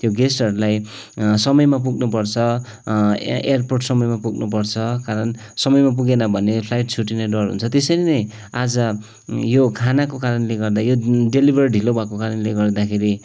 त्यो गेस्टहरूलाई समयमा पुग्नुपर्छ ए एयरपोर्ट समयमा पुग्नुपर्छ कारण समयमा पुगेन भने फ्लाइट छुट्टिने डर हुन्छ त्यसरी नै आज यो खानाको कारणले गर्दा यो डेलिभर ढिलो भएको कारणले गर्दाखेरि